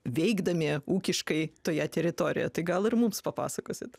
veikdami ūkiškai toje teritorijoje tai gal ir mums papasakosit